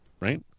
right